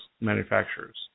manufacturers